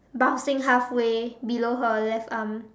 bumping halfway below her left arm